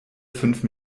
fünf